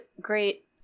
great